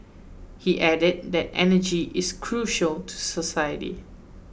he added that energy is crucial to society